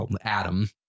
Adam